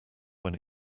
when